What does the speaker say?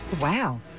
Wow